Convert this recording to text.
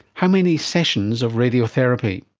how many sessions of radiotherapy.